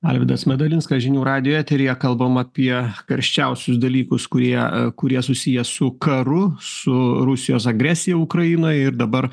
alvydas medalinskas žinių radijo eteryje kalbam apie karščiausius dalykus kurie kurie susiję su karu su rusijos agresija ukrainoj ir dabar